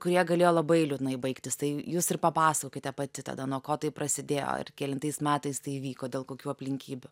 kurie galėjo labai liūdnai baigtis tai jūs ir papasakokite pati tada nuo ko tai prasidėjo ir kelintais metais tai įvyko dėl kokių aplinkybių